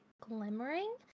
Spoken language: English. glimmering